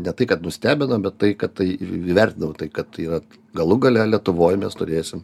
ne tai kad nustebino bet tai kad tai įvertinau tai kad yra galų gale lietuvoj mes turėsim